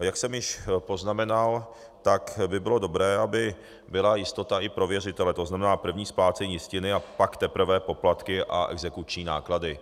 A jak jsem již poznamenal, tak by bylo dobré, aby byla jistota i pro věřitele, to znamená první splácení jistiny a pak teprve poplatky a exekuční náklady.